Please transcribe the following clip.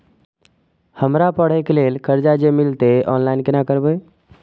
हमरा पढ़े के लेल कर्जा जे मिलते ऑनलाइन केना करबे?